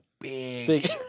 big